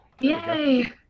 yay